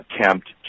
attempt